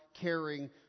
caring